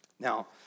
Now